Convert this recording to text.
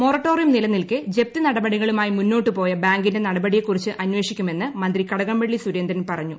moratorium നിലനിൽക്കെ ജപ്തി നടപടികളുമായി മുന്നോട്ട് പോയ ബാങ്കിന്റെ നടപടിയെക്കുറിച്ച് അന്വേഷിക്കുമെന്ന് മന്ത്രി കടകംപള്ളി സുരേന്ദ്രൻ പറഞ്ഞു